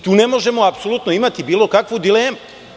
Tu ne možemo apsolutno imati bilo kakvu dilemu.